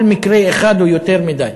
כל מקרה הוא יותר מדי.